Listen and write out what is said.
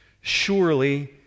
Surely